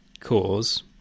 cause